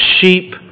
sheep